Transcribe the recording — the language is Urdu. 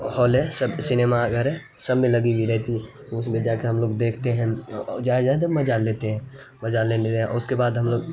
ہال ہے سب سنیما گھر ہے سب میں لگی ہوئی رہتی ہے اس میں جا کے ہم لوگ دیکھتے ہیں جایا جائے تو مزہ لیتے ہیں مزہ لے نہیں رہے اس کے بعد ہم لوگ